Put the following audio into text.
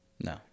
No